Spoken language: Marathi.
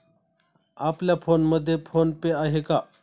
आपल्या फोनमध्ये फोन पे आहे का?